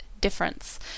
difference